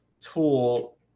tool